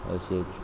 अशे